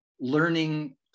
learning